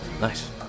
Nice